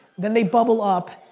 then they bubble up,